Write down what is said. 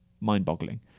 mind-boggling